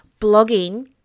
blogging